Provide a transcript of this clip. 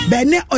Bene